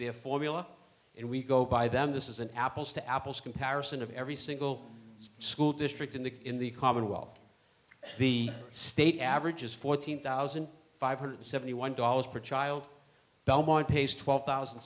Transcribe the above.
a formula and we go by them this is an apples to apples comparison of every single school district in the in the commonwealth the state average is fourteen thousand five hundred seventy one dollars per child belmont pays twelve thousand